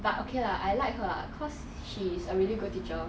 but okay lah I like her ah cause she's a really good teacher